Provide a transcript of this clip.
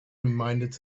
reminded